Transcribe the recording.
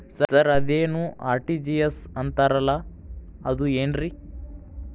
Sir ಅದೇನು RTGS ಅಂತಾರಲಾ ಅದು ಏನ್ರಿ?